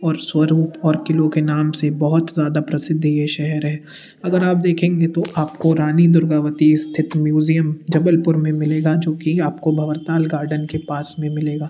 और स्वरूप और क़िलों के नाम से बहुत ज़्यादा प्रसिद्ध ये शहर है अगर आप देखेंगे तो आपको रानी दुर्गावती स्थित म्यूज़ियम जबलपुर में मिलेगा जो कि आपको भंवरताल गार्डन के पास में मिलेगा